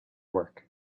work